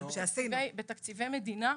בתקציבי מדינה?